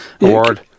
award